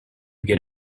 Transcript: get